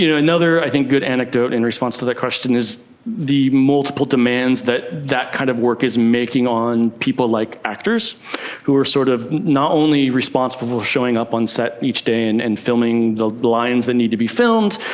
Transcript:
you know another i think good anecdote in response to that question is the multiple demands that that kind of work is making on people like actors who are sort of not only responsible for showing up on set each day and and filming the lines that need to be filmed,